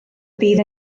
bydd